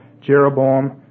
Jeroboam